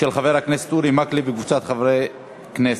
של חבר הכנסת אורי מקלב וקבוצת חברי הכנסת.